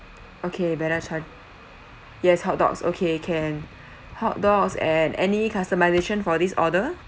okay belacan yes hot dogs okay can hot dogs and any customisation for this order